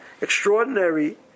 extraordinary